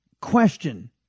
question